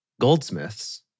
goldsmiths